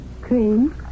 Cream